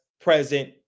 present